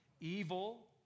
Evil